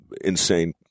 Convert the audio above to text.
insane